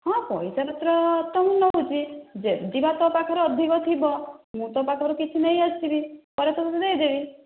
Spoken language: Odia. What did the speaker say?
ହଁ ପଇସାପତ୍ର ତ ମୁଁ ନେଉଛି ଯଦି ବା ତୋ ପାଖରେ ଅଧିକ ଥିବ ମୁଁ ତୋ ପାଖରୁ କିଛି ନେଇ ଆସିଥିବି ପରେ ତୋତେ ଦେଇଦେବି